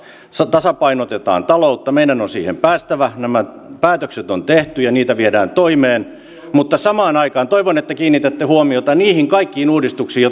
tasapainotetaan taloutta meidän on siihen päästävä nämä päätökset on tehty ja niitä viedään toimeen mutta samaan aikaan toivon että kiinnitätte huomiota niihin kaikkiin uudistuksiin